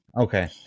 Okay